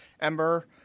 Ember